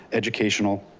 educational,